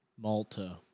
Malta